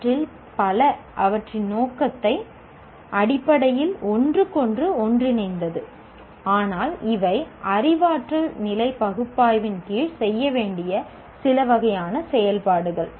அவற்றில் பல அவற்றின் நோக்கத்தின் அடிப்படையில் ஒன்றுக்கொன்று ஒன்றிணைகின்றன ஆனால் இவை அறிவாற்றல் நிலை பகுப்பாய்வின் கீழ் செய்ய வேண்டிய சில வகையான செயல்பாடுகள்